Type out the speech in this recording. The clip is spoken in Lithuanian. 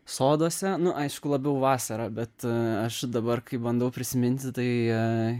soduose nu aišku labiau vasarą bet aš dabar kai bandau prisiminti tai